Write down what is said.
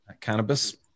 cannabis